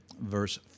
verse